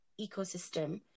ecosystem